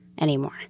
anymore